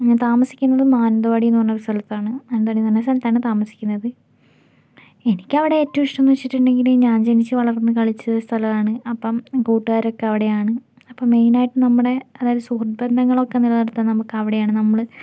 ഞാൻ താമസിക്കുന്നത് മാനന്തവാടി എന്നു പറഞ്ഞൊരു സ്ഥലത്താണ് മാനന്തവാടി എന്നു പറഞ്ഞൊരു സ്ഥലത്താണ് താമസിക്കുന്നത് എനിക്കവിടെ ഏറ്റവും ഇഷ്ടം എന്നു വച്ചിട്ടുണ്ടെങ്കിൽ ഞാൻ ജനിച്ചു വളർന്ന് കളിച്ച സ്ഥലമാണ് അപ്പം കൂട്ടുകാരൊക്കെ അവിടെയാണ് അപ്പം മെയിനായിട്ട് നമ്മുടെ അതായത് സുഹൃത്ത് ബന്ധങ്ങളൊക്കെ നിലനിർത്താൻ നമുക്ക് അവിടെയാണ് നമ്മൾ